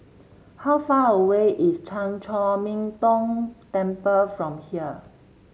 how far away is Chan Chor Min Tong Temple from here